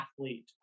athlete